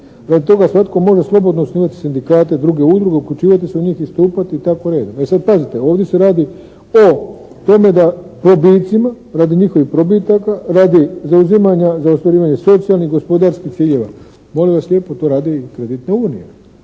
Radi toga svatko može slobodno osnivati sindikate, druge udruge, uključivati se u njih i stupati i tako redom." E sad pazite. Ovdje se radi o tome da probicima, radi njihovih probitaka, radi zauzimanja za ostvarivanje socijalnih, gospodarskih ciljeva. Molim vas lijepo to radi i kreditna unija.